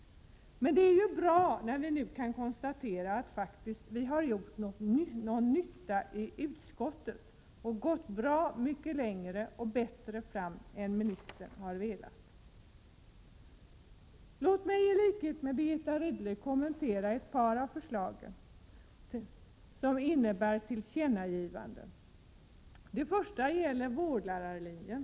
Men det är bra att vi i utskottet efter allt detta kan konstatera att vi faktiskt har gjort nytta. Vi har nått bättre resultat och har gått bra mycket längre än vad ministern har velat göra. Låt mig i likhet med Birgitta Rydle kommentera ett par av förslagen till tillkännagivanden. Det första gäller vårdlärarlinjen.